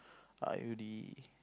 are you the